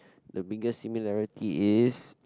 the biggest similarity is